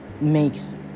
makes